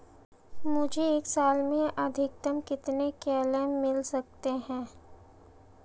मुझे एक साल में अधिकतम कितने क्लेम मिल सकते हैं?